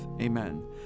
Amen